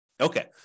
Okay